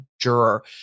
juror